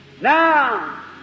Now